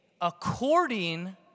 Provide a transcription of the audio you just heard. according